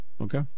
Okay